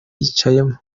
yicayemo